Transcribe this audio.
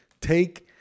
take